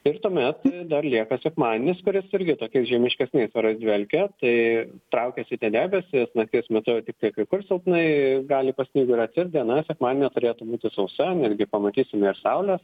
ir tuomet dar lieka sekmadienis kuris irgi tokiais žiemiškesniais orais dvelkia tai traukiasi tie debesys nakties metu jau tiktai kai kur silpnai gali pasnyguriuoti ir diena sekmadienio turėtų būti sausa netgi pamatysime ir saulės